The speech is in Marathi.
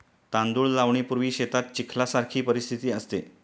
तांदूळ लावणीपूर्वी शेतात चिखलासारखी परिस्थिती असते